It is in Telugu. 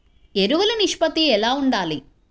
ఎరువులు నిష్పత్తి ఎలా ఉండాలి?